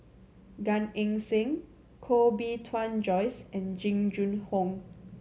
Gan Eng Seng Koh Bee Tuan Joyce and Jing Jun Hong